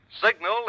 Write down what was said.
Signal